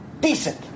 Decent